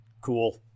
Cool